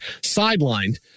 sidelined